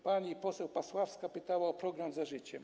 Pani poseł Pasławska pytała o program „Za życiem”